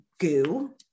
goo